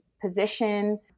position